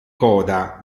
coda